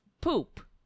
poop